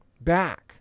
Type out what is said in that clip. back